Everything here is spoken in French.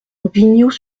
vignoux